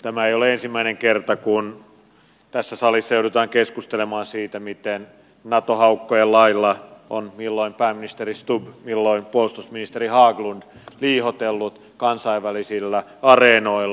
tämä ei ole ensimmäinen kerta kun tässä salissa joudutaan keskustelemaan siitä miten nato haukkojen lailla on milloin pääministeri stubb milloin puolustusministeri haglund liihotellut kansainvälisillä areenoilla